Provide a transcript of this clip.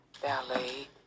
ballet